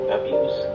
abuse